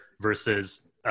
versus